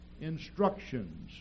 instructions